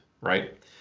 right